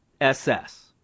SS